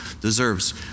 deserves